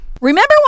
Remember